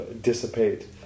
dissipate